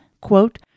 quote